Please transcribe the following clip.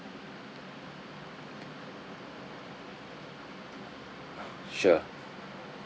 sure